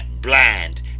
blind